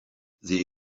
the